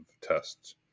tests